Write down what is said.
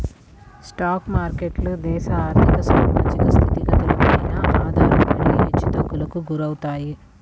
stock మార్కెట్లు దేశ ఆర్ధిక, సామాజిక స్థితిగతులపైన ఆధారపడి హెచ్చుతగ్గులకు గురవుతాయి